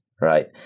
right